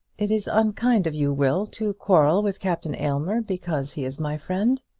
it is unkind of you, will, to quarrel with captain aylmer because he is my friend.